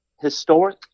Historic